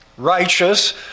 righteous